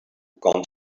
gone